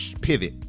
pivot